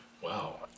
Wow